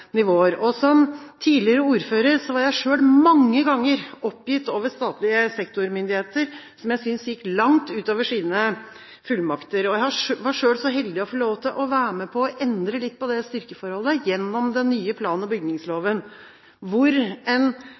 Som tidligere ordfører var jeg selv mange ganger oppgitt over statlige sektormyndigheter som jeg syntes gikk langt utover sine fullmakter. Jeg var selv så heldig å få lov til å være med på å endre litt på det styrkeforholdet gjennom den nye plan- og bygningsloven, der en